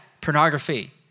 pornography